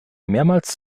mehrmals